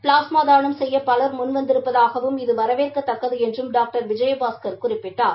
plasma தானம் செய்ய பலர் முன் வந்திருப்பதாகவும் இது வரவேற்கத்தக்கது என்றும் டாக்டர் விஜயபாஸ்கர் குறிப்பிட்டார்